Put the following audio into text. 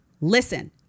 Listen